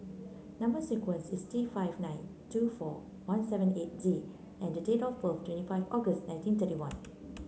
number sequence is T five nine two four one seven eight Z and date of birth twenty five August nineteen thirty one